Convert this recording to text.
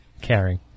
caring